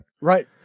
Right